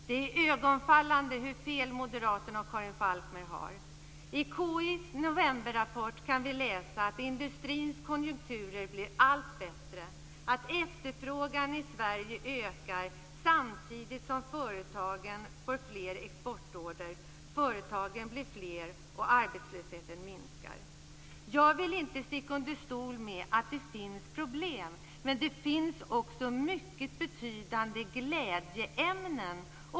Det är iögonenfallande hur fel moderaterna och Karin Falkmer har. I KI:s novemberrapport kan vi läsa att industrins konjunkturer blir allt bättre och att efterfrågan i Sverige ökar samtidigt som företagen får fler exportorder. Företagen blir fler och arbetslösheten minskar. Jag vill inte sticka under stol med att det finns problem. Men det finns också mycket betydande glädjeämnen.